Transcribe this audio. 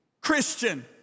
Christian